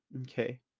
Okay